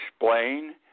explain